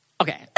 Okay